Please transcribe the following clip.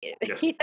Yes